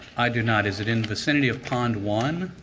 i do not. is it in the city of khan. one